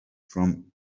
from